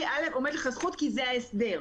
עומדת לך זכות כי זה ההסדר.